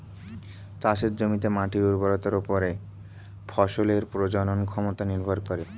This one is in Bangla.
চাষের জমিতে মাটির উর্বরতার উপর ফসলের প্রজনন ক্ষমতা নির্ভর করে